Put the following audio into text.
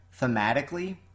thematically